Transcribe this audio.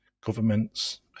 governments